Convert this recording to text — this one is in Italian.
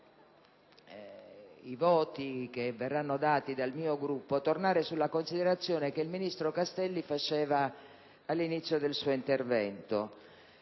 i voti che saranno dati dal mio Gruppo, vorrei tornare sulla considerazione che il sottosegretario Castelli faceva all'inizio del suo intervento: